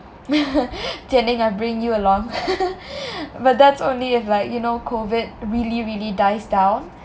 Jian-Ning I bring you along but that's only if like you know COVID really really dies down